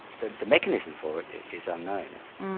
the the mechanism for it is unknown.